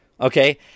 okay